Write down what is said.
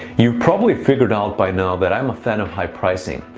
you've probably figured out by now that i am a fan of high pricing.